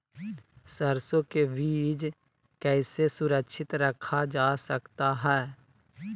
सरसो के बीज कैसे सुरक्षित रखा जा सकता है?